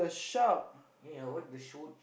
ya what the shoot